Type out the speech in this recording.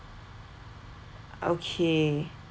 okay